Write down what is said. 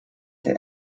der